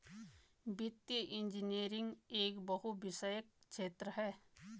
वित्तीय इंजीनियरिंग एक बहुविषयक क्षेत्र है